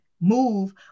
move